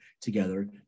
together